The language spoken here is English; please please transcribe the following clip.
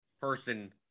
person